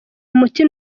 umuti